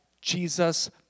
Jesus